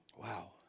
Wow